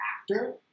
actor